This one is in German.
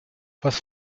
was